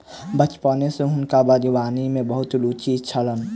बचपने सॅ हुनका बागवानी में बहुत रूचि छलैन